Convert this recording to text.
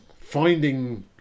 finding